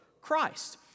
Christ